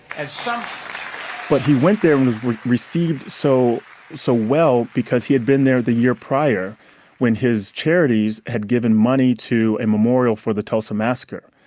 so but he went there and was received so so well because he had been there the year prior when his charities had given money to a memorial for the tulsa massacre.